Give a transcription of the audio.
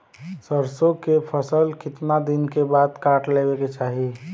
सरसो के फसल कितना दिन के बाद काट लेवे के चाही?